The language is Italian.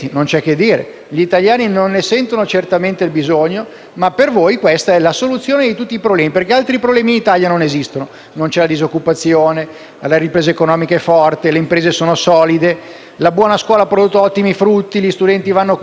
ma per voi questa è la soluzione di tutti i problemi, perché altri problemi, in Italia, non esistono: non c'è la disoccupazione, la ripresa economica è forte, le imprese sono solide, la buona scuola ha prodotto ottimi frutti, gli studenti vanno con facilità a scuola, anche senza che i genitori li accompagnino.